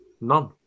None